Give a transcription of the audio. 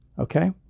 okay